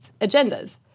agendas